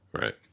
Right